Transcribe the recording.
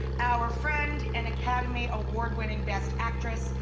our friend and academy award winning best actress,